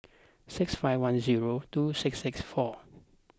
six five one zero two six six four